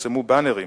פורסמו "באנרים"